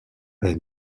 est